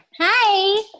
Hi